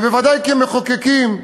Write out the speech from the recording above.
ובוודאי כמחוקקים,